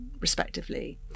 respectively